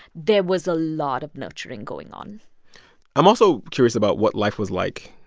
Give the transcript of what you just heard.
there was a lot of nurturing going on i'm also curious about what life was like,